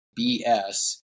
BS